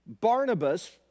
Barnabas